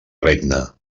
regna